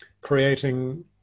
creating